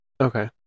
Okay